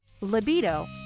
libido